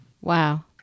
Wow